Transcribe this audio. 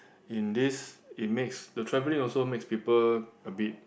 in this it makes the travelling also makes people a bit